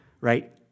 right